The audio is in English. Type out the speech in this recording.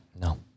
No